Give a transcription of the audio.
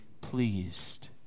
pleased